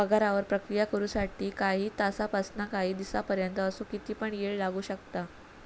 पगारावर प्रक्रिया करु साठी काही तासांपासानकाही दिसांपर्यंत असो किती पण येळ लागू शकता